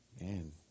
Man